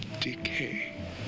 decay